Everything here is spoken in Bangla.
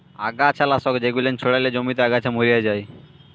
আগাছা লাশক জেগুলান ছড়ালে জমিতে আগাছা ম্যরে যায়